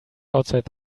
outside